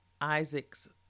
Isaac's